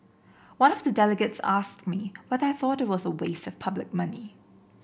one of the delegates asked me whether I thought was a waste of public money